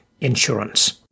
insurance